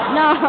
no